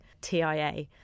TIA